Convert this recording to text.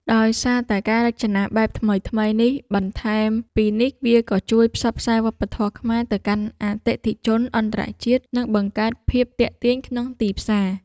ដោយសារតែការរចនាបែបថ្មីៗនេះ បន្ថែមពីនេះ វាក៏ជួយផ្សព្វផ្សាយវប្បធម៌ខ្មែរ ទៅកាន់អតិថិជនអន្តរជាតិ និងបង្កើតភាពទាក់ទាញក្នុងទីផ្សារ។